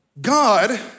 God